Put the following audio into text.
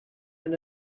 and